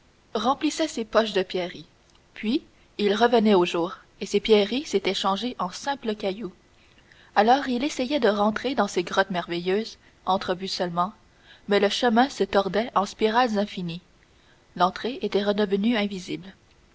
remplissait ses poche de pierreries puis il revenait au jour et ces pierreries s'étaient changées en simples cailloux alors il essayait de rentrer dans ces grottes merveilleuses entrevues seulement mais le chemin se tordait en spirales infinies l'entrée était redevenue invisible